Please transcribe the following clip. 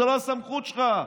זאת לא הסמכות שלך.